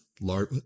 large